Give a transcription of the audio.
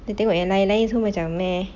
kita tengok yang lain-lain semua macam meh